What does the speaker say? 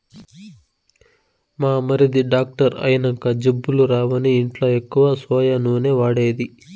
మా మరిది డాక్టర్ అయినంక జబ్బులు రావని ఇంట్ల ఎక్కువ సోయా నూనె వాడేది